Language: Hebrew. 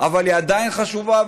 אבל היא עדיין חשובה,